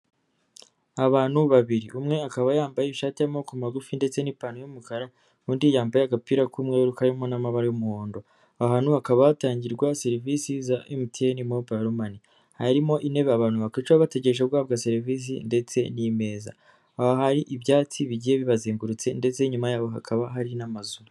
Abantu babiri, umwe akaba yambaye ishati y'amaboko magufi ndetse n'ipantaro y'umukara, undi yambaye agapira k'umweru karimo n'amabara y'umuhondo, aha hantu hakaba hatangirwa serivisi za MTN mobayiro mani, harimo intebe abantu bakicaraho bategereje guhabwa serivisi ndetse n'imeza, aho hari ibyatsi bigiye bibazengurutse ndetse inyuma yabo hakaba hari n'amazu.